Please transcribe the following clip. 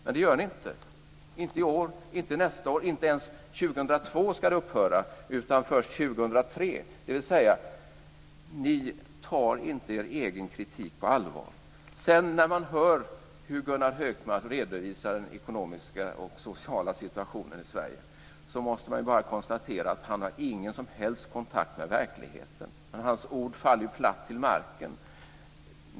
Men det gör ni inte - inte i år, inte nästa år och inte ens år 2002. Nej, det ska upphöra först år 2003. Det betyder att ni inte tar er egen kritik på allvar. När man hör hur Gunnar Hökmark redovisar den ekonomiska och sociala situationen i Sverige, måste man konstatera att han inte har någon som helst kontakt med verkligheten. Hans ord faller platt till marken.